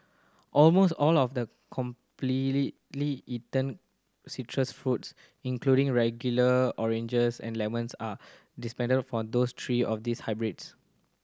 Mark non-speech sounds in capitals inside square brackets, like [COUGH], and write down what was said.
almost all of the [UNINTELLIGIBLE] eaten citrus fruits including regular oranges and lemons are descendant of those three or this hybrids